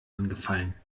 angefallen